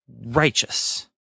righteous